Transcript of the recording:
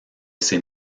ces